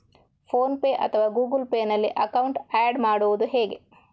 Phone pay ಅಥವಾ Google Pay ನಲ್ಲಿ account add ಮಾಡುವುದು ಹೇಗೆ?